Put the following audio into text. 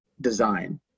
design